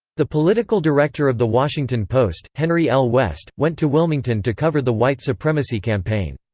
the political director of the washington post, henry l. west, went to wilmington to cover the white supremacy campaign.